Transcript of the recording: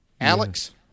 Alex